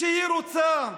כשהיא רוצה.